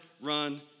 run